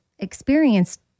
experienced